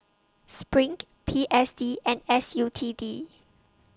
SPRING P S D and S U T D